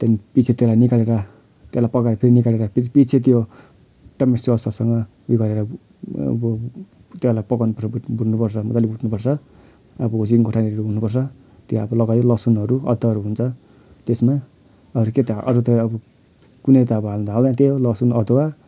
त्यहाँदेखि पछि त्यसलाई निकालेर त्यसलाई पकाइ फेरि निकालेर फेरि पछि त्यो टमेटो स सससँग उयो गरेर अब त्योहरूलाई पकाउनु पर्छ भुट्नुपर्छ मज्जाले भुट्नुपर्छ अब हुचिङ खोर्सानीहरू हुनुपर्छ त्यो अब लगायो लसुनहरू अदुवाहरू हुन्छ त्यसमा अरू के त अरू त कुनै त अब हाल्नु त हाल्दैन त्यही हो लसुन अदुवा